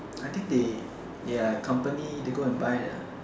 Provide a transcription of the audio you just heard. I think they their company they go buy a